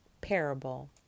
parable